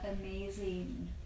amazing